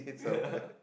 yeah